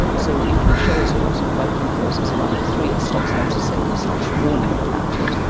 so if you show it a lot of blood glucoses of under three it stops noticing and stops warning you about it.